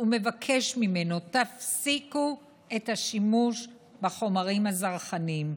ומבקש ממנו: תפסיקו את השימוש בחומרים הזרחניים,